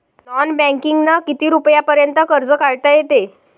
Non बँकिंगनं किती रुपयापर्यंत कर्ज काढता येते?